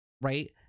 right